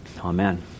Amen